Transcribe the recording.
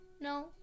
No